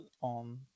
on